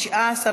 התשע"ו 2016,